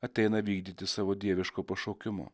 ateina vykdyti savo dieviško pašaukimo